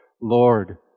Lord